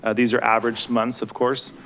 ah these are average months of course.